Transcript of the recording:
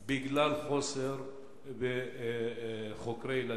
בגלל חוסר בחוקרי ילדים,